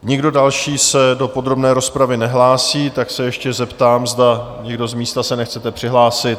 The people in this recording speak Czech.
Nikdo další se do podrobné rozpravy nehlásí, tak se ještě zeptám, zda někdo z místa se nechcete přihlásit?